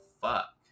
fuck